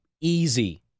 easy